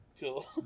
Cool